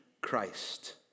Christ